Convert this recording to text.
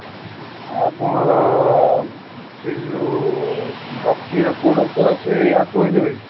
ଆଉ ଆପଣଙ୍କର ସେ ଯେଉଁ ଡକିର କେଉଁ ଡକ୍ଟର ଆସିବେ ଆଣ୍ଠୁ ଗଣ୍ଠି ପାଇଁ